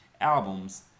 albums